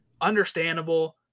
Understandable